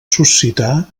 suscitar